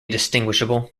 distinguishable